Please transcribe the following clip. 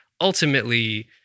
ultimately